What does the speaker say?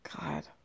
god